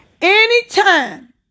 Anytime